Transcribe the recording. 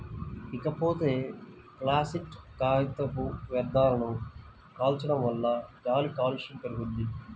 ఇకపోతే ప్లాసిట్ కాగితపు వ్యర్థాలను కాల్చడం వల్ల గాలి కాలుష్యం పెరుగుద్ది